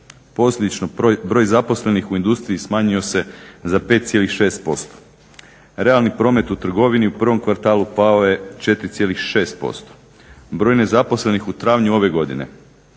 Posljedično broj zaposlenih u industriji smanjio se za 5,6%. Realni promet u trgovini u prvom kvartalu pao je 4,6%, broj nezaposlenih u travnju ove godine